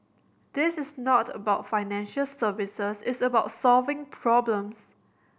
this is not about financial services it's about solving problems